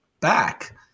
back